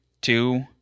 two